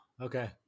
Okay